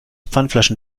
pfandflaschen